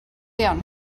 down